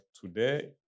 today